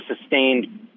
sustained